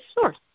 source